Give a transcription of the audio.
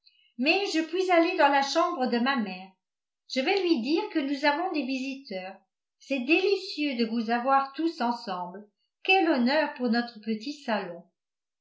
mais je puis aller dans la chambre de ma mère je vais lui dire que nous avons des visiteurs c'est délicieux de vous avoir tous ensemble quel honneur pour notre petit salon